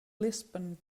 lisbon